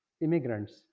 immigrants